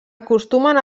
acostumen